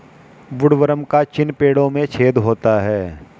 woodworm का चिन्ह पेड़ों में छेद होता है